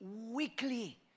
weekly